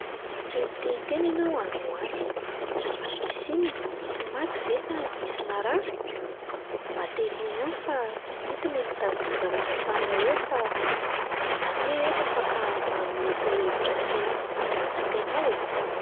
“Tsy niteniteny ianao androany, fa nisy inona? Nisy maty ve sa nisy narary? Mba teneno ihany fa tsy mety ilay mitazona zavatra samirery fa izaho ange eto afaka manome torohevitra sy manampy anao e!"